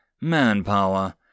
manpower